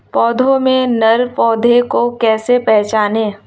पौधों में नर पौधे को कैसे पहचानें?